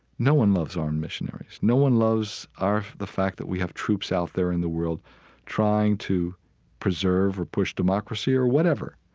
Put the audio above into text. no one loves armed missionaries. no one loves the fact that we have troops out there in the world trying to preserve or push democracy or whatever.